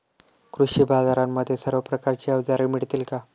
कृषी बाजारांमध्ये सर्व प्रकारची अवजारे मिळतील का?